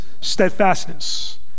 steadfastness